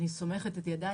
אני סומכת את ידיי,